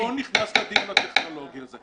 אני לא נכנס לדיון הטכנולוגי הזה.